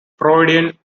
freudian